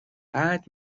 بعد